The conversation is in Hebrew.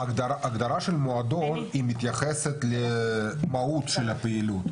ההגדרה של מועדון מתייחסת למהות של הפעילות.